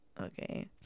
Okay